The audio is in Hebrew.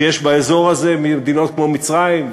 שיש באזור הזה: מדינות כמו מצרים,